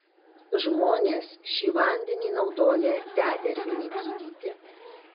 žmonės šį vandenį naudoja dedervinei gydyti